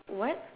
what